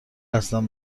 هستم